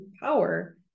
power